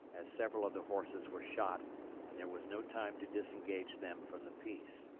as several of the horses were shot and there was no time to disengage them from the piece.